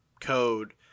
code